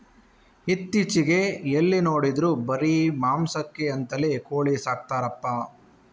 ಇತ್ತೀಚೆಗೆ ಎಲ್ಲಿ ನೋಡಿದ್ರೂ ಬರೀ ಮಾಂಸಕ್ಕೆ ಅಂತಲೇ ಕೋಳಿ ಸಾಕ್ತರಪ್ಪ